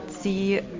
sie